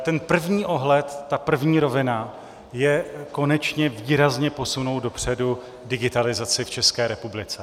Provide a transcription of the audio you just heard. Ten první ohled, ta první rovina je konečně výrazně posunout dopředu digitalizaci v České republice.